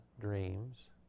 dreams